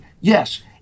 yes